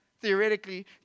theoretically